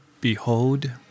Behold